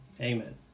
Amen